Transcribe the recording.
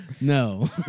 No